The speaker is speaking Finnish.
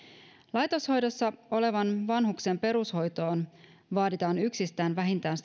laitoshoidossa olevan vanhuksen perushoitoon vaaditaan yksistään vähintään